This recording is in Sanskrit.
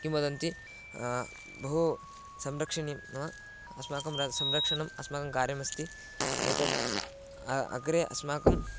किं वदन्ति बहु संरक्षणीयं नाम अस्माकं र संरक्षणम् अस्माकं कार्यमस्ति एतद् आ अग्रे अस्माकम्